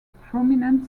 prominent